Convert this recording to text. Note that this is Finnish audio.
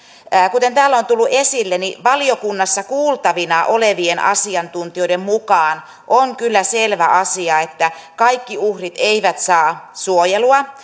kuten täällä on tullut esille valiokunnassa kuultavina olleiden asiantuntijoiden mukaan on kyllä selvä asia että kaikki uhrit eivät saa suojelua